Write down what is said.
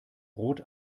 rot